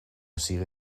sigue